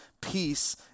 peace